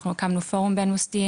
אנחנו הקמנו פורום בין מוסדי,